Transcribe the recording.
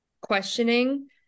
questioning